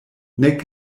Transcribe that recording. nek